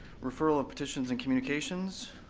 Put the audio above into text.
referral of petitions and communications.